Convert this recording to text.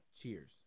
Cheers